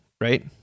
right